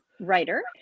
writer